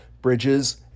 bridges